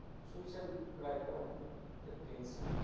so you shall write down the tension,